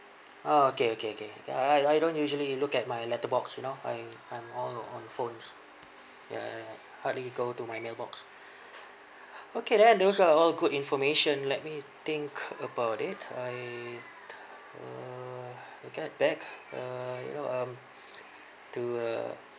oh okay okay okay I I don't usually look at my letter box you know I I'm all on phones ya I hardly go to my mailbox okay then those are all good information let me think about it I uh get back uh you know um to uh